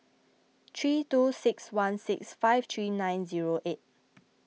three two six one six five three nine zero eight